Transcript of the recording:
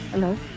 Hello